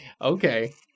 Okay